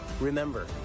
Remember